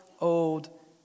old